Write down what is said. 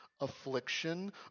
Affliction